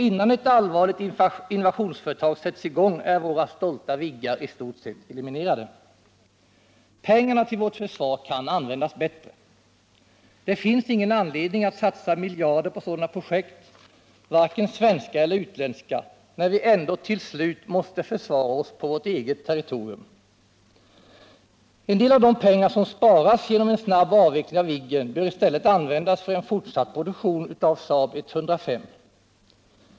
Innan ett allvarligt invasionsföretag sätts i gång är våra stolta Viggar i stort sett eliminerade. Pengarna till vårt försvar kan användas bättre. Det finns ingen anledning att satsa miljarder på sådana projekt, varken svenska eller utländska, när vi ändå till slut måste försvara oss på vårt eget territorium. En del av de pengar som sparas genom en snabb avveckling av Viggen bör i stället användas för en fortsatt produktion av SAAB 105.